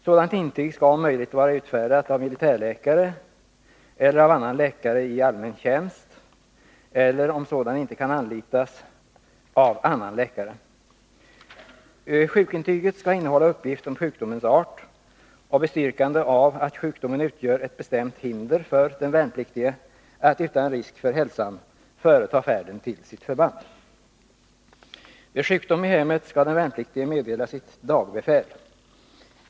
Sådant intyg skall om möjligt vara utfärdat av militärläkare eller av annan läkare i allmän tjänst eller, om sådan inte kan anlitas, av annan läkare. Sjukintyget skall innehålla uppgift om sjukdomens art och bestyrkande av att sjukdomen utgör ett bestämt hinder för den värnpliktige att utan risk för hälsan företa färden till sitt förband. Vid sjukdom i hemmet skall den värnpliktige meddela sitt dagbefäl.